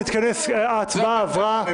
אושר ההצבעה עברה.